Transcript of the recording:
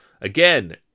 Again